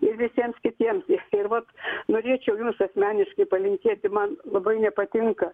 ir visiems kitiems ir vat norėčiau jums asmeniškai palinkėti man labai nepatinka